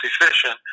efficient